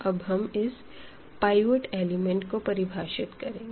अब हम pivot element को परिभाषित करेंगे